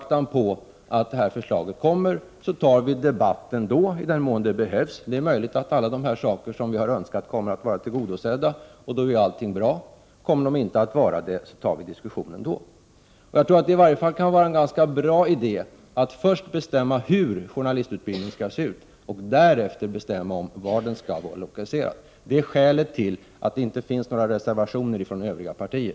Vi har också fått besked om att regeringen kommer att lägga fram en proposition, som skall innehålla förslag till riksdagen både om utformningen och om lokaliseringen av utbildningen. Mot den bakgrunden kom samtliga partier överens om att låta motionsyrkandena vila i avvaktan på att förslaget läggs fram och att i stället i den mån det behövs då ta debatten. Det är möjligt att våra önskemål kommer att vara tillgodosedda, och då är allting bra. Om inte, blir det aktuellt med en debatt. Det är en ganska bra idé att först bestämma hur journalistutbildningen skall se ut och därefter besluta om var den skall lokaliseras. Det är skälet till att det inte finns några reservationer från övriga partier.